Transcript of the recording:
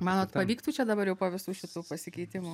manot pavyktų čia dabar jau po visų šitų pasikeitimų